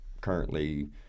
currently